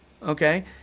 okay